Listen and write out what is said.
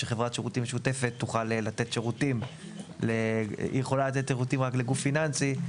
שחברת שירותים משותפת יכולה לתת שירותים רק לגוף פיננסי.